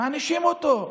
מענישים אותו,